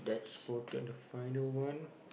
spotted the final one